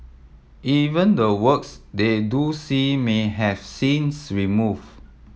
even the works they do see may have scenes removed